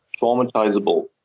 traumatizable